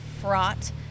fraught